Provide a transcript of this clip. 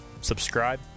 subscribe